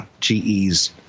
GE's